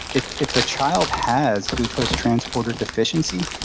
if if a child has glucose transporter deficiency,